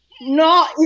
no